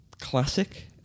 classic